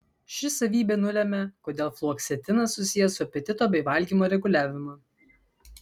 ši savybė nulemia kodėl fluoksetinas susijęs su apetito bei valgymo reguliavimu